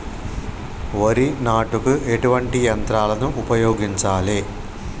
వరి నాటుకు ఎటువంటి యంత్రాలను ఉపయోగించాలే?